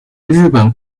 日本